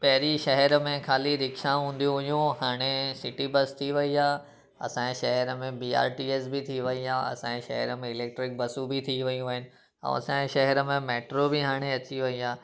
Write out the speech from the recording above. पहिरीं शहर में ख़ाली रिक्शाऊं हूंदियूं हुयूं हाणे सिटी बस थी वई आहे असांजे शहर में बी आर टी एस बी थी वई आहे असांजे शहर में एलेक्ट्रिक बसूं बि थी वियूं आहिनि ऐं असांजे शहर में मेट्रो बि हाणे अची वई आहे